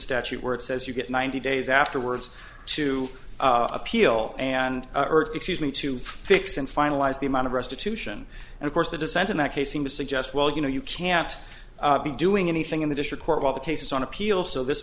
statute where it says you get ninety days after words to appeal and earth excuse me to fix and finalize the amount of restitution and of course the dissent in that case him to suggest well you know you can't be doing anything in the district court all the cases on appeal so this